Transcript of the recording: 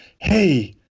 hey